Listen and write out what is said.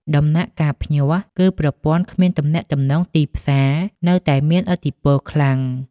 ដំណាក់កាល "ភ្ញាស់"គឺ ប្រព័ន្ធគ្មានទំនាក់ទំនងទីផ្សារនៅតែមានឥទ្ធិពលខ្លាំង។